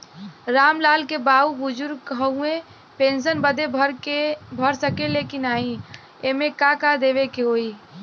राम लाल के बाऊ बुजुर्ग ह ऊ पेंशन बदे भर सके ले की नाही एमे का का देवे के होई?